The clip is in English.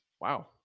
Wow